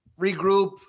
regroup